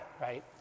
right